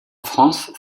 france